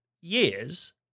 years